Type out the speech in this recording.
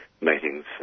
meetings